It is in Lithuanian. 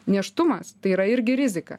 nėštumas tai yra irgi rizika